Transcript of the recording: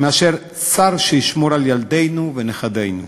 מאשר שר שישמור על ילדינו ונכדינו.